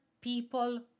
people